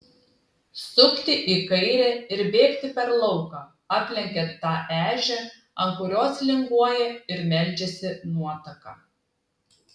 sukti į kairę ir bėgti per lauką aplenkiant tą ežią ant kurios linguoja ir meldžiasi nuotaka